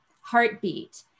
heartbeat